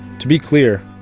to be clear,